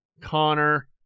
Connor